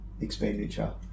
expenditure